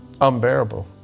unbearable